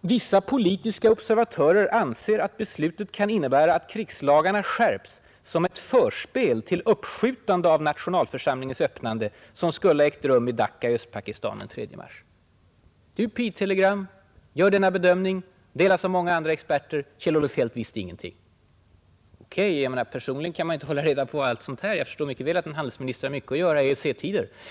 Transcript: ”Vissa politiska observatörer anser att beslutet kan innebära att krigslagarna skärps som ett förspel till uppskjutandet av nationalförsamlingens öppnande, som skulle ha ägt rum i Dacca i Östpakistan den 3 mars.” Det är alltså i ett UPI-telegram som denna bedömning görs. Den delades av andra experter. Kjell-Olof Feldt visste ingenting. Personligen kan han naturligtvis inte hålla reda på allting — jag förstår mycket väl att en handelsminister har mycket att göra i EEC-tider.